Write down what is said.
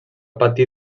patir